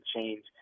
change